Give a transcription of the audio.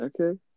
Okay